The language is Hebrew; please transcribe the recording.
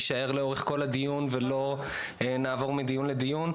שיישאר לאורך כל הדיון ולא נעבור מדיון לדיון.